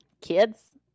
kids